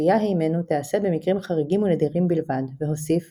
סטיה הימנו תיעשה במקרים חריגים ונדירים בלבד" והוסיף